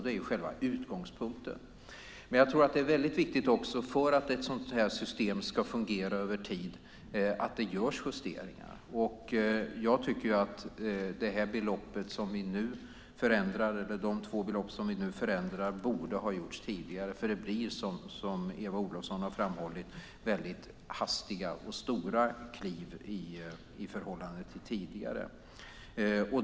Det är själva utgångspunkten. För att ett sådant system ska fungera över tid är det viktigt att det görs justeringar. Jag tycker att de två belopp som vi nu förändrar borde ha förändrats tidigare. Som Eva Olofsson har framhållit blir det hastiga och stora kliv i förhållande till tidigare.